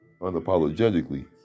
unapologetically